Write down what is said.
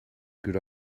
good